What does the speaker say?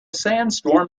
sandstorm